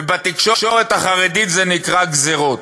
ובתקשורת החרדית זה נקרא גזירות,